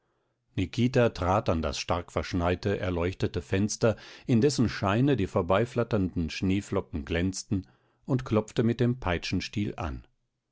nikita trat an das stark verschneite erleuchtete fenster in dessen scheine die vorbeiflatternden schneeflocken glänzten und klopfte mit dem peitschenstiel an